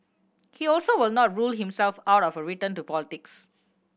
he also would not rule himself out of a return to politics